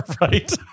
right